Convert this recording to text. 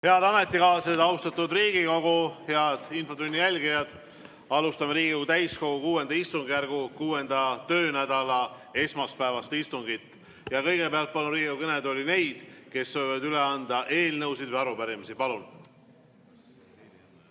Head ametikaaslased! Austatud Riigikogu! Head istungi jälgijad! Alustame Riigikogu täiskogu VI istungjärgu 6. töönädala esmaspäevast istungit. Kõigepealt palun Riigikogu kõnetooli neid, kes soovivad üle anda eelnõusid või arupärimisi. Palun!